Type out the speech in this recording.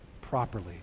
properly